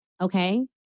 Okay